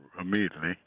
immediately